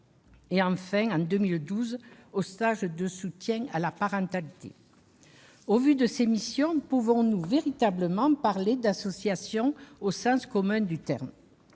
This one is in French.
et, enfin, en 2012, aux stages de soutien à la parentalité. Au vu de ces missions, pouvons-nous véritablement parler d'association au sens commun du terme ?